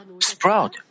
sprout